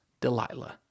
Delilah